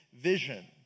vision